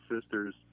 sisters